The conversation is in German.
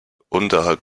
unterhalb